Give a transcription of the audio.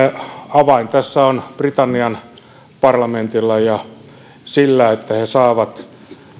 avain tässä on britannian parlamentilla ja sillä että he saavat